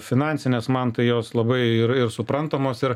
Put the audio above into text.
finansinės man tai jos labai ir ir suprantamos ir